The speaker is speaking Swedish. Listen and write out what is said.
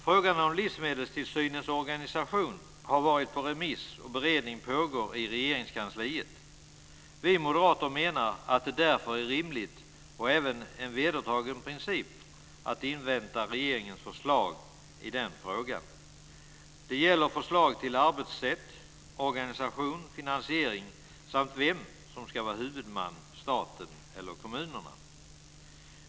Frågan om livsmedelstillsynens organisation har varit ute på remiss, och beredning pågår i Regeringskansliet. Vi moderater menar att det därför är rimligt och även en vedertagen princip att invänta regeringens förslag i frågan. Det gäller förslag till arbetssätt, organisation och finansiering samt om vem som ska vara huvudman - staten eller kommunerna.